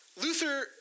Luther